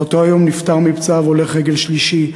באותו היום נפטר מפצעיו הולך רגל שלישי,